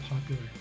popular